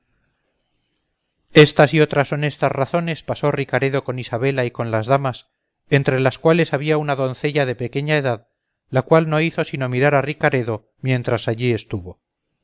estas y otras honestas razones pasó ricaredo con isabela y con las damas entre las cuales había una doncella de pequeña edad la cual no hizo sino mirar a ricaredo mientras allí estuvo